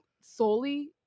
solely